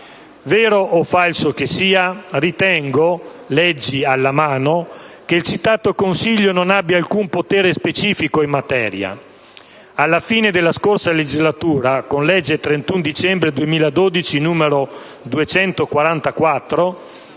Vero o falso che sia, ritengo, leggi alla mano, che il citato Consiglio non abbia alcun potere specifico in materia. Alla fine della scorsa legislatura, con la legge 31 dicembre 2012, n. 244,